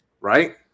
right